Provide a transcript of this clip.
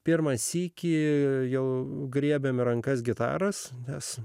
pirmą sykį jau griebėme į rankas gitaros nes